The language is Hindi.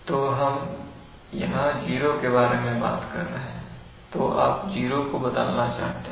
तो हम यहां जीरो के बारे में बात कर रहे हैं तो आप जीरो को बदलना चाहते हैं